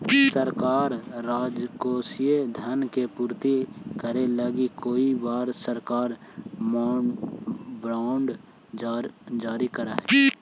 सरकार राजकोषीय धन के पूर्ति करे लगी कई बार सरकारी बॉन्ड जारी करऽ हई